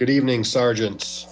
good evening sergeant